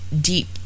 deep